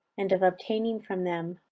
and of obtaining from them,